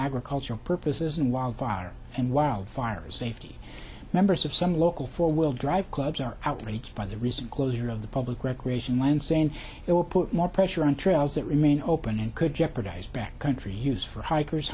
agricultural purposes and wildfire and wildfires safety members of some local four will drive clubs are outraged by the recent closure of the public recreation line saying it will put more pressure on trails that remain open and could jeopardize back country use for hikers